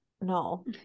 No